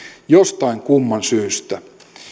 jostain kumman syystä